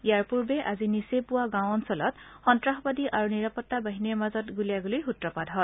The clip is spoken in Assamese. ইয়াৰ পূৰ্বে আজি নিচেই পুৱা গাঁও অঞ্চলত সন্তাসবাদী আৰু নিৰাপত্তা বাহিনীৰ মাজত গুলিয়াগুলীৰ সৃত পাত হয়